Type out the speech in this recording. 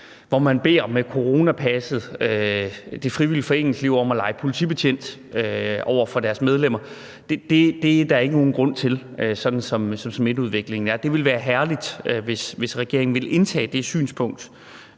at man med coronapasset beder det frivillige foreningsliv om at lege politibetjent over for deres medlemmer, er der ikke nogen grund til, sådan som smitteudviklingen er. Det ville være herligt, hvis regeringen ville indtage det synspunkt,